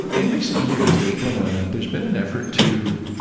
in recent years, there's been ah there's been an effort to,